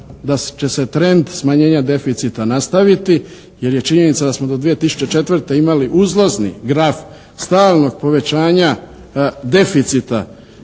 da će se trend smanjenja deficita nastaviti. Jer je činjenica da smo do 2004. imali uzlazni graf stalnog povećanja deficita